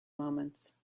moments